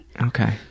Okay